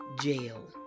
Jail